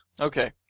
Okay